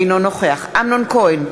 אינו נוכח אמנון כהן,